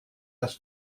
das